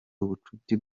ubucuti